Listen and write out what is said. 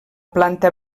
planta